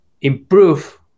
improve